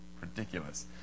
ridiculous